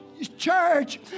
church